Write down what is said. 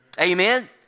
Amen